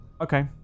okay